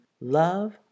love